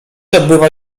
odbywa